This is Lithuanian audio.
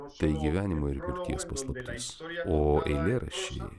tai gyvenimo ir mirties paslaptis o eilėraščiai